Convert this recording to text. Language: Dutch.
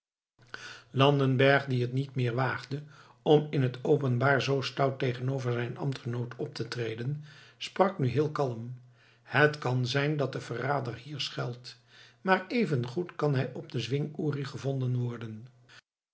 landenberg die het niet meer waagde om in het openbaar zoo stout tegenover zijn ambtgenoot op te treden sprak nu heel kalm het kan zijn dat de verrader hier schuilt maar even goed kan hij op den zwing uri gevonden worden